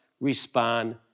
respond